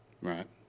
Right